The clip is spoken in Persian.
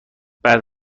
بعد